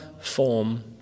form